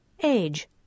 Age